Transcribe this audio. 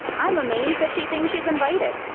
i'm amazed that she thinks she's invited.